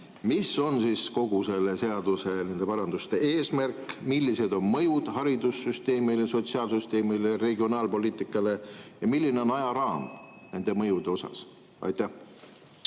Mis on kogu selle seaduseelnõu, nende paranduste eesmärk? Millised on mõjud haridussüsteemile, sotsiaalsüsteemile ja regionaalpoliitikale? Milline on ajaraam nende mõjude puhul? Aitäh,